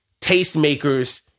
tastemakers